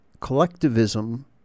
collectivism